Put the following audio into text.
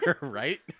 right